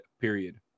period